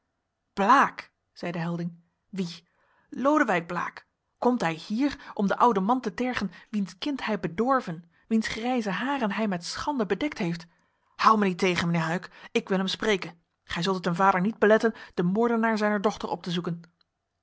blaek zeide helding wie lodewijk blaek komt hij hier om den ouden man te tergen wiens kind hij bedorven wiens grijze haren hij met schande bedekt heeft hou mij niet tegen mijnheer huyck ik wil hem spreken gij zult het een vader niet beletten den moordenaar zijner dochter op te zoeken